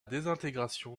désintégration